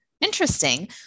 interesting